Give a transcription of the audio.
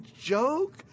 joke